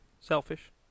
selfish